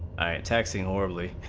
taxing or leave